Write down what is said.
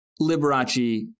Liberace